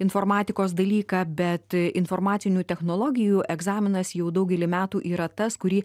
informatikos dalyką bet informacinių technologijų egzaminas jau daugelį metų yra tas kurį